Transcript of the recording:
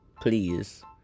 Please